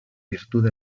virtud